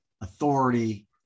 authority